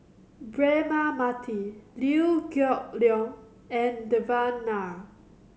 Braema Mathi Liew Geok Leong and Devan Nair